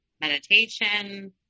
meditation